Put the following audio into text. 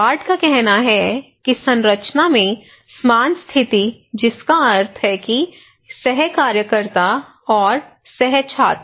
board का कहना है कि संरचना में समान स्थिति जिसका अर्थ है सह कार्यकर्ता और सह छात्र